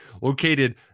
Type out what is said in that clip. located